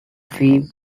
fee